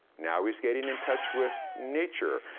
now, he's getting in touch with nature.